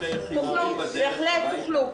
בהחלט תוכלו.